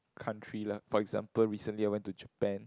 country lah for example recently I went to Japan